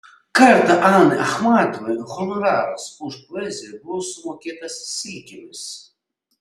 kartą anai achmatovai honoraras už poeziją buvo sumokėtas silkėmis